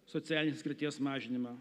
socialinės atskirties mažinimą